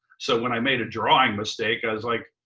so when i made a drawing mistake, i was like,